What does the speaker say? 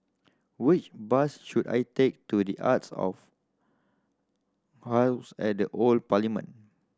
which bus should I take to The Arts of at the Old Parliament